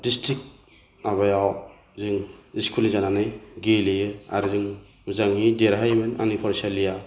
district माबायाव जों इस्कुलनि जानानै गेलेयो आरो आरो जों मोजाङै देरहायोमोन आंनि फरायसालिया